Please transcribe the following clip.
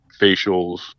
facials